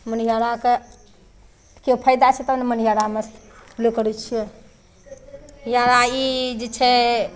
मनिहाराके केओ फायदा छै तब ने मनिहारामे लोक करै छियै यारा ई जे छै